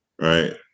Right